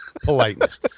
politeness